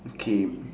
okay you